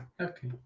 Okay